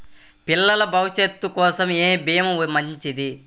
పిల్లల భవిష్యత్ కోసం ఏ భీమా మంచిది?